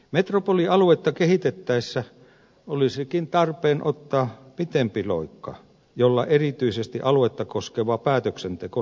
metropolialuetta kehitettäessä olisikin tarpeen ottaa pitempi loikka jolloin erityisesti aluetta koskeva päätöksenteko saa tehokkuutta